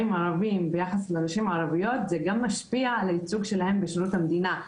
ערבים ביחס לנשים הערביות זה גם משפיע על הייצוג שלהם בשירות המדינה.